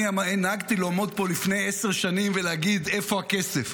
אני נהגתי לעמוד פה לפני עשר שנים ולהגיד: איפה הכסף?